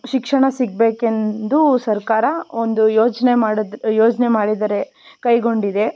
ಶಿಕ್ಷಣ ಸಿಗಬೇಕೆಂದು ಸರ್ಕಾರ ಒಂದು ಯೋಜನೆ ಮಾಡೋದ್ ಯೋಜನೆ ಮಾಡಿದರೆ ಕೈಗೊಂಡಿದೆ